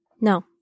No